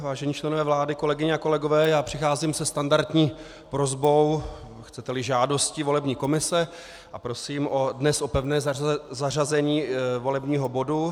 Vážení členové vlády, kolegyně a kolegové, přicházím se standardní prosbou, chceteli žádostí, volební komise a prosím dnes o pevné zařazení volebního bodu.